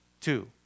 two